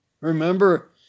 Remember